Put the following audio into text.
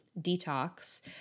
detox